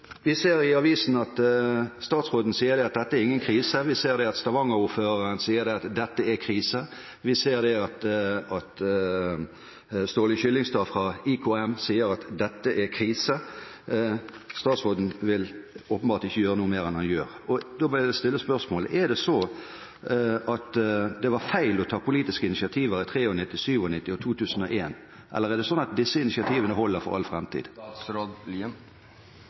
Vi ser i avisen statsråden si at dette ikke er noen krise, vi ser Stavanger-ordføreren si at dette er krise, og vi ser Ståle Kyllingstad fra IKM si at dette er krise. Statsråden vil åpenbart ikke gjøre noe mer enn han gjør. Da vil jeg stille spørsmålet om det var feil å ta politiske initiativ i 1993, i 1997 og i 2001, eller holder disse initiativene for all